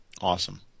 Awesome